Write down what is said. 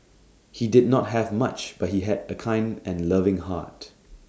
he did not have much but he had A kind and loving heart